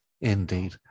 Indeed